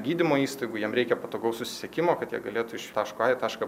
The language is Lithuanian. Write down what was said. gydymo įstaigų jiem reikia patogaus susisiekimo kad jie galėtų iš taško a į tašką